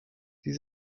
sie